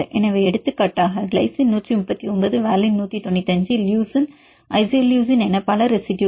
எனவே எடுத்துக்காட்டாக glycine 139 valine 195 leucine isoleucine என பல ரெசிடுயுகள்